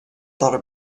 thought